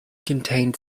contained